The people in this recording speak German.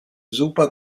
super